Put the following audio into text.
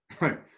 right